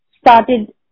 started